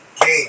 game